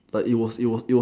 it was it was bad